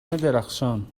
درخشان